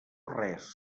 res